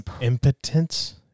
Impotence